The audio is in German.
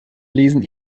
lesen